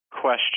question